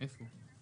איפה?